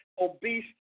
obese